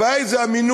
הבעיה זה המינון.